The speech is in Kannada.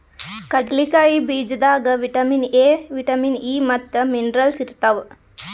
ಕಡ್ಲಿಕಾಯಿ ಬೀಜದಾಗ್ ವಿಟಮಿನ್ ಎ, ವಿಟಮಿನ್ ಇ ಮತ್ತ್ ಮಿನರಲ್ಸ್ ಇರ್ತವ್